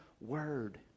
word